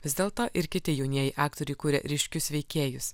vis dėlto ir kiti jaunieji aktoriai kuria ryškius veikėjus